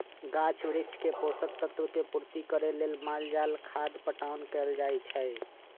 गाछ वृक्ष के पोषक तत्व के पूर्ति करे लेल माल जाल खाद पटाओन कएल जाए छै